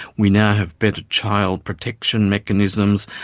we now have better child protection mechanisms.